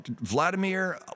Vladimir